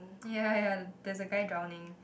ya ya there's a guy drowning